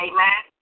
Amen